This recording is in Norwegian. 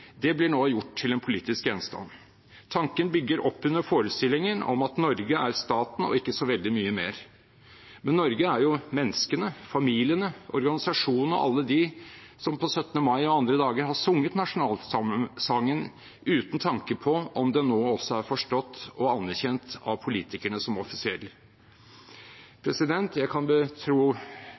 nå blir gjort til en politisk gjenstand. Tanken bygger opp under forestillingen om at Norge er staten og ikke så veldig mye mer. Men Norge er jo menneskene, familiene, organisasjonene og alle dem som på 17. mai og andre dager har sunget nasjonalsangen uten tanke for om den nå også er forstått og anerkjent av politikerne som offisiell. Jeg kan betro